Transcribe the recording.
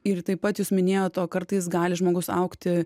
ir taip pat jūs minėjot o kartais gali žmogus augti